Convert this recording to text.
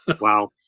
Wow